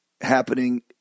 happening